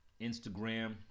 Instagram